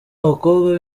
abakobwa